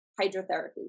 hydrotherapy